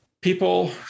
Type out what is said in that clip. People